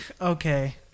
Okay